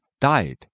died